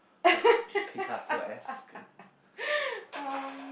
um